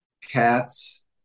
cats